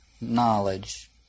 knowledge